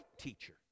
teacher